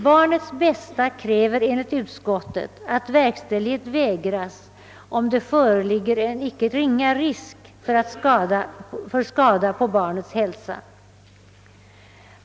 Barnets bästa kräver enligt utskottet att verkställighet vägras om det föreligger en icke ringa risk för skada på barnets hälsa.